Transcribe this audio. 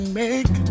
make